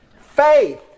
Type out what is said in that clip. Faith